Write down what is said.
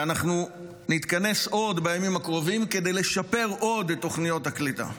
ואנחנו נתכנס עוד בימים הקרובים כדי לשפר עוד את תוכניות הקליטה.